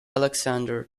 alexander